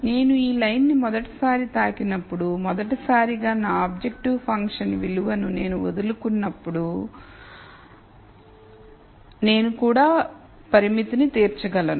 నేను ఈ లైన్ ని మొదటిసారి తాకినప్పుడు మొదటిసారిగా నా ఆబ్జెక్టివ్ ఫంక్షన్ల విలువను నేను వదులుకున్నప్పుడు నేను కూడా పరిమితిని తీర్చగలను